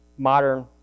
Modern